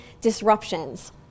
disruptions